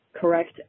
Correct